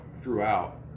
throughout